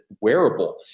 wearable